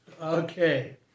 Okay